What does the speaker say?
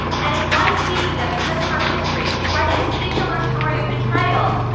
and it might be that because of her history, she's writing a singular story of betrayal,